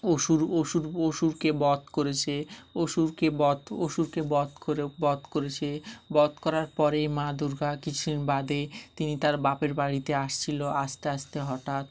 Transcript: অসুর অসুর অসুরকে বধ করেছে অসুরকে বধ অসুরকে বধ করে বধ করেছে বধ করার পরে মা দুর্গা কিছুদিন বাদে তিনি তার বাপের বাড়িতে আসছিল আসতে আসতে হঠাৎ